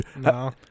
No